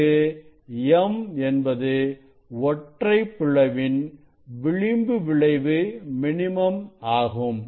இங்கு m என்பது ஒற்றை பிளவின் விளிம்பு விளைவு மினிமம் ஆகும்